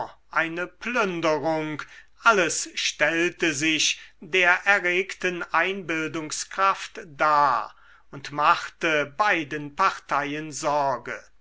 eine plünderung alles stellte sich der erregten einbildungskraft dar und machte beiden parteien sorge